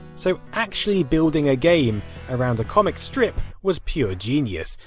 so actually building a game around a comic strip was pure genius.